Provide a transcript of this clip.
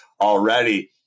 already